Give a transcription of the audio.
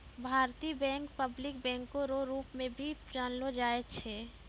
भारतीय bank public बैंको रो रूप मे भी जानलो जाय छै